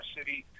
City